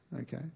okay